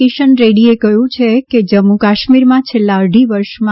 કિશન રેડ્ડીએ કહ્યું છે કે જમ્મુ કાશ્મીરમાં છેલ્લા અઢી વર્ષમાં